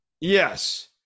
Yes